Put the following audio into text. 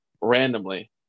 randomly